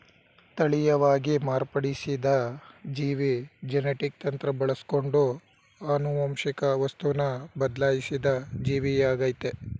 ತಳೀಯವಾಗಿ ಮಾರ್ಪಡಿಸಿದ ಜೀವಿ ಜೆನೆಟಿಕ್ ತಂತ್ರ ಬಳಸ್ಕೊಂಡು ಆನುವಂಶಿಕ ವಸ್ತುನ ಬದ್ಲಾಯ್ಸಿದ ಜೀವಿಯಾಗಯ್ತೆ